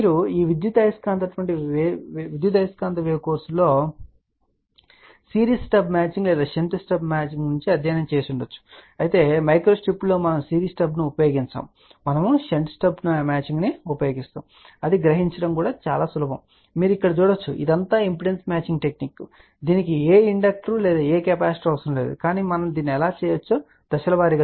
మీరు మీ విద్యుదయస్కాంత వేవ్ కోర్సు లో సిరీస్ స్టబ్ మ్యాచింగ్ లేదా షంట్ స్టబ్ మ్యాచింగ్ అధ్యయనం చేసి ఉండవచ్చు మైక్రోస్ట్రిప్లో మనము సిరీస్ స్టబ్ను ఉపయోగించము మనము షంట్ స్టబ్ మ్యాచింగ్ను ఉపయోగిస్తాము అది గ్రహించడం చాలా సులభం మీరు ఇక్కడ చూడవచ్చు ఇదంతా ఇంపిడెన్స్ మ్యాచింగ్ టెక్నిక్ దీనికి ఏ ఇండక్టర్ లేదా ఏదైనా కెపాసిటర్ అవసరం లేదు కాని మనం దీన్ని ఎలా చేయవచ్చో దశల వారీగా చూద్దాం